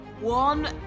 One